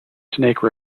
snake